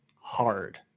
hard